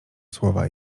słowa